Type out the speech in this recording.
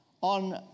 on